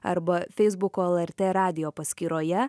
arba feisbuko lrt radijo paskyroje